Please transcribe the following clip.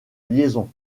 liaison